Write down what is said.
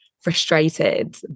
frustrated